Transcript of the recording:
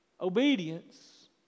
Obedience